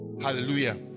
Hallelujah